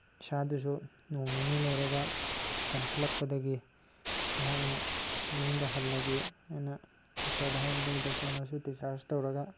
ꯏꯁꯥꯗꯨꯁꯨ ꯅꯣꯡ ꯅꯤꯅꯤ ꯂꯩꯔꯒ ꯀꯟꯈꯠꯂꯛꯄꯗꯒꯤ ꯑꯩꯍꯥꯛꯅ ꯌꯨꯝꯗ ꯍꯜꯂꯒꯦ ꯍꯥꯏꯅ ꯗꯣꯛꯇꯔꯗ ꯍꯥꯏꯕꯗꯒꯤ ꯗꯣꯛꯇꯔꯅꯁꯨ ꯗꯤꯆꯥꯔꯖ ꯇꯧꯔꯒ